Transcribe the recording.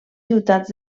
ciutats